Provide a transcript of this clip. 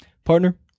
Partner